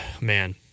man